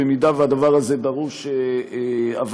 אם הדבר הזה דרוש הבהרה.